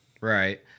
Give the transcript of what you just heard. Right